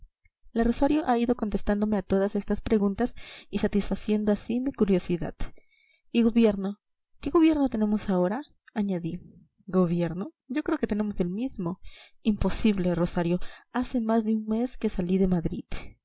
la rosario ha ido contestándome a todas estas preguntas y satisfaciendo así mi curiosidad y gobierno qué gobierno tenemos ahora añadí gobierno yo creo que tenemos el mismo imposible rosario hace más de un mes que salí de madrid